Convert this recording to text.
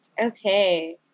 Okay